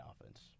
offense